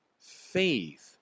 faith